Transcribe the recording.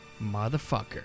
motherfucker